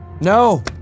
No